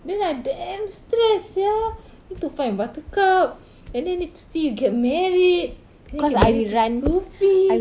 then I damn stress sia need to find buttercup and then need to see you get married then you get married to sufi